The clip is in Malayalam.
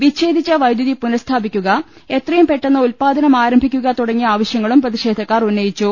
വിച്ഛേദിച്ച വൈദ്യുതി പുനസ്ഥാപിക്കുക എത്രയും പെട്ടെന്ന് ഉല്പ്പാദനം ആരംഭിക്കുക തുടങ്ങിയ ആവശ്യങ്ങളും പ്രതിഷേധക്കാർ ഉന്നയിച്ചു